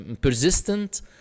persistent